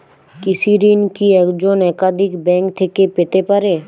কৃষিঋণ কি একজন একাধিক ব্যাঙ্ক থেকে পেতে পারে?